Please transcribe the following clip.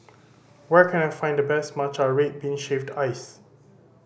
where can I find the best matcha red bean shaved ice